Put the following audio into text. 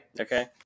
Okay